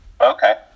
okay